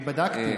אני בדקתי.